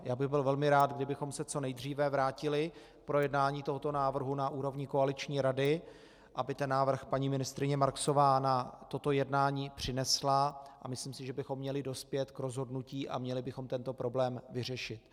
Já bych byl velmi rád, kdybychom se co nejdříve vrátili k projednání tohoto návrhu na úrovni koaliční rady, aby ten návrh paní ministryně Marksová na toto jednání přinesla, a myslím si, že bychom měli dospět k rozhodnutí a měli bychom tento problém vyřešit.